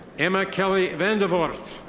emma kelly van der vaart.